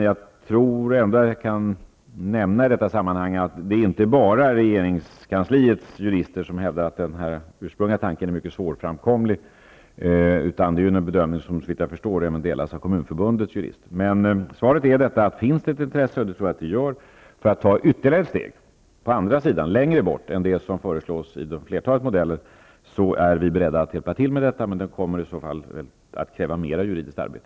Jag kan nämna i detta sammanhang att det inte bara är regeringskansliets jurister som hävdar att den ursprungliga tanken innebär en mycket svårframkomlig väg utan den bedömningen delas, såvitt jag förstår, även av Kommunförbundets jurister. Mitt svar är: Om intresset finns, vilket jag tror att det gör, för att ta ytterligare steg som går längre än vad som föreslagits i flertalet modeller är vi beredda att hjälpa till, men det kommer i så fall att krävas mer juridiskt arbete.